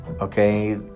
okay